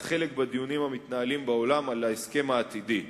חלק בדיונים המתנהלים בעולם על ההסכם העתידי.